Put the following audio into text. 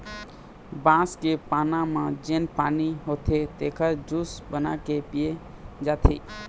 बांस के पाना म जेन पानी होथे तेखर जूस बना के पिए जाथे